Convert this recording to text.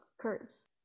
curves